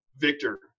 victor